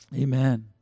Amen